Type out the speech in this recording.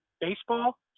baseball